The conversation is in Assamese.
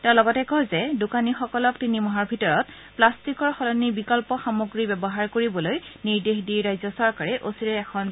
তেওঁ লগতে কয় যে দোকানীসকলক তিনি মাহৰ ভিতৰত প্লাষ্টিকৰ সলনি বিকল্প সামগ্ৰি ব্যৱহাৰ কৰিবলৈ নিৰ্দেশ দি ৰাজ্য চৰকাৰে অচিৰেই এখন জনানী জাৰি কৰিব